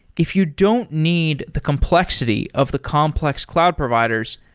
if you don't need the complexity of the complex cloud providers,